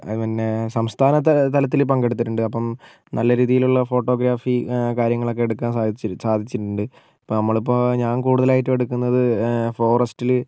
അതുപിന്നെ സംസ്ഥാന ത തലത്തിൽ പങ്കെടുത്തിട്ടുണ്ട് അപ്പം നല്ല രീതിയിലുള്ള ഫോട്ടോഗ്രാഫി കാര്യങ്ങളൊക്കെ എടുക്കാൻ സാധിച്ചു സാധിച്ചിട്ടുണ്ട് ഇപ്പോൾ നമ്മളിപ്പോൾ ഞാൻ കൂടുതലായിട്ട് എടുക്കുന്നത് ഫോറസ്റ്റിൽ